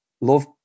love